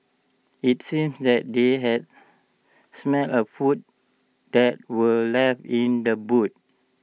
IT seemed that they had smelt A food that were left in the boot